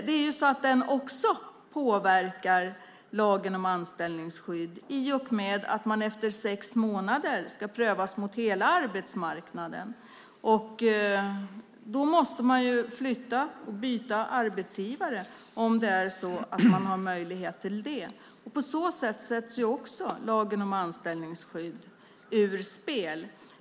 Den påverkar ju också lagen om anställningsskydd i och med att man efter sex månader ska prövas mot hela arbetsmarknaden. Då måste man ju flytta och byta arbetsgivare om man har möjlighet till det. På så vis sätts också lagen om anställningsskydd ur spel.